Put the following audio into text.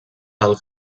del